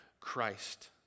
Christ